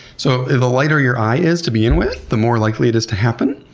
so the the lighter your eye is to begin with, the more likely it is to happen.